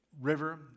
River